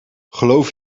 geloof